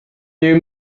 new